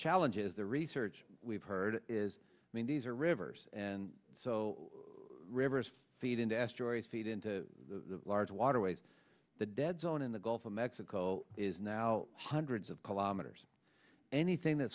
challenge is the research we've heard is made to reverse and so rivers feed into asteroid feed into the large waterways the dead zone in the gulf of mexico is now hundreds of kilometers anything that